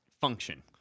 function